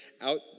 out